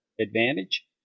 advantage